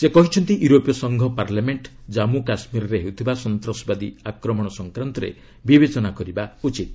ସେ କହିଛନ୍ତି ୟୁରୋପୀୟ ସଂଘ ପାର୍ଲାମେଣ୍ଟ ଜାମ୍ମୁ କାଶ୍ମୀରରେ ହେଉଥିବା ସନ୍ତାସବାଦୀ ଆକ୍ରମଣ ସଂକ୍ରାନ୍ତରେ ବିବେଚନା କରିବା ଉଚିତ୍